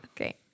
Okay